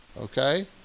Okay